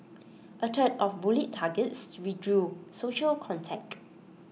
A third of bullied targets withdrew social contact